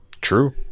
true